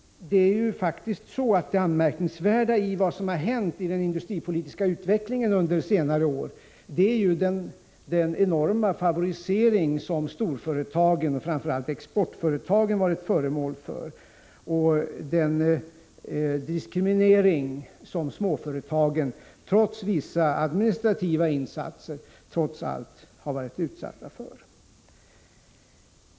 Men det anmärkningsvärda i vad som hänt i den industripolitiska utvecklingen under senare år är ju faktiskt den enorma favorisering som storföretagen, framför allt exportföretagen, varit föremål för och den diskriminering som småföretagen, trots vissa administrativa insatser, varit utsatta för.